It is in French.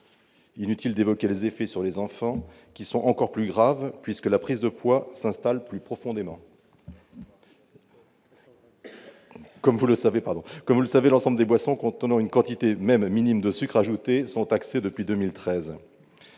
Inutile d'évoquer les effets sur les enfants, qui sont encore plus graves, puisque la prise de poids s'installe plus profondément ... Comme vous le savez, mes chers collègues, l'ensemble des boissons contenant une quantité même minime de sucres ajoutés sont taxées depuis 2013.